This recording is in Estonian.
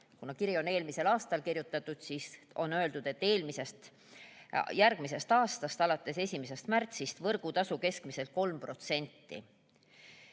(Kuna kiri on eelmisel aastal kirjutatud, siis on öeldud, et järgmisest aastast. – H. K.) järgmise aasta 1. märtsist võrgutasu keskmiselt 3%.